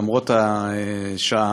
למרות השעה.